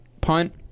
punt